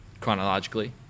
chronologically